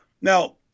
Now